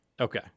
Okay